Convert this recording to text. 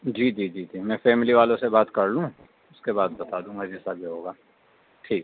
جی جی جی میں فیملی والوں سے بات کر لوں اس کے بعد بتا دوںگا جیسا بھی ہو گا ٹھیک